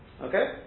Okay